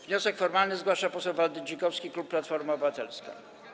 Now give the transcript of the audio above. Wniosek formalny zgłasza poseł Waldy Dzikowski, klub Platforma Obywatelska.